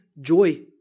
joy